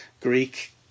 Greek